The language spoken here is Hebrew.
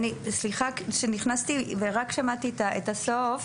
סליחה, עכשיו נכנסתי ושמעתי רק את הסוף.